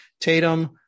Tatum